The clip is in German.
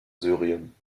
syrien